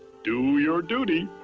do your duty!